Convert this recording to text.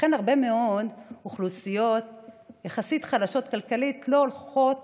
לכן הרבה מאוד אוכלוסיות יחסית חלשות כלכלית לא הולכות